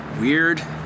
weird